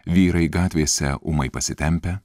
vyrai gatvėse ūmai pasitempę